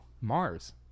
Mars